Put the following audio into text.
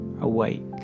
awake